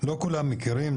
לא כולם מכירים,